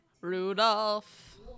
Rudolph